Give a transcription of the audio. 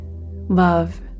love